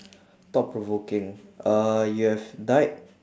thought provoking uh you have died